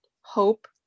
hope